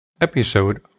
Episode